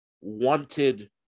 wanted